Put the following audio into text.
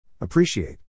Appreciate